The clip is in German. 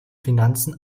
finanzen